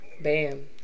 Bam